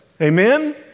Amen